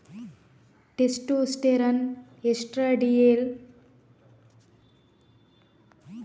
testosterone, estradiol ಮತ್ತೆ progesterone ಮೂರು ನೈಸರ್ಗಿಕ ಹಾರ್ಮೋನುಗಳು ಆಗಿವೆ